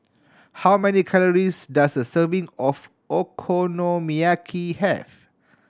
how many calories does a serving of Okonomiyaki have